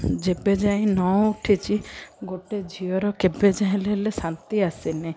ଯେବେ ଯାଇ ନ ଉଠିଛି ଗୋଟେ ଝିଅର କେବେ ଯା ହେଲେ ହେଲେ ଶାନ୍ତି ଆସେନି